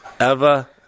Eva